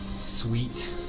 Sweet